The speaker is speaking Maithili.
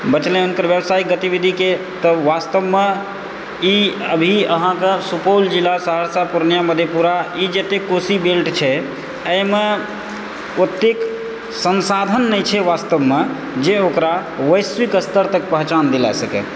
बचलै ओकर व्यावसायिक गतिविधिके तऽ वास्तवमे ई अभी अहाँके सुपौल जिला सहरसा पूर्णियाँ मधेपुरा ई जत्ते कोसी बेल्ट छै एहिमे ओतेक संसाधन नहि छै वास्तवमे जे ओकरा वैश्विक स्तर तक पहिचान देला सकै